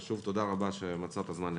שוב תודה רבה על שמצאת זמן להגיע.